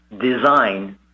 design